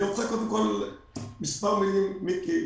אני רוצה קודם כמה מילים, מיקי.